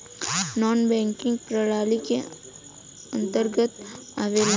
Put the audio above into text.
नानॅ banking प्रणाली के अंतर्गत आवेला